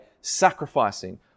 sacrificing